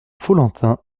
follentin